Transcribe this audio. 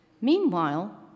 Meanwhile